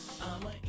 I'ma